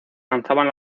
lanzaban